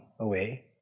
away